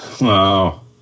Wow